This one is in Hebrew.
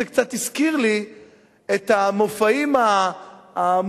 זה קצת הזכיר לי את המופעים המוזרים